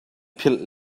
philh